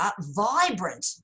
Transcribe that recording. vibrant